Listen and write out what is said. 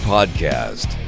Podcast